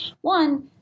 One